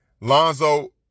Lonzo